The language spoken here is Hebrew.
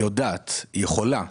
היא יכולה,